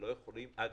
אגב,